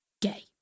gay